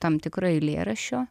tam tikru eilėraščiu